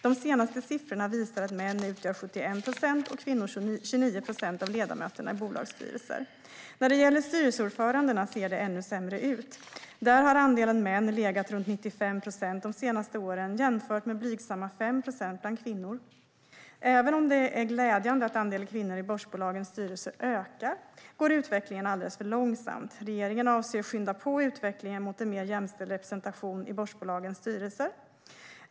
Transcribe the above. De senaste siffrorna visar att män utgör 71 procent och kvinnor 29 procent av ledamöterna i bolagsstyrelser. När det gäller styrelseordförandena ser det ännu sämre ut. Där har andelen män legat runt 95 procent de senaste åren jämfört med blygsamma 5 procent för kvinnor. Även om det är glädjande att andelen kvinnor i börsbolagens styrelser ökar går utvecklingen alldeles för långsamt. Regeringen avser att skynda på utvecklingen mot en mer jämställd representation i börsbolagens styrelser.